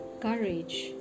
courage